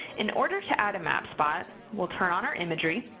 in order to add a mapspot, we'll turn on our imagery,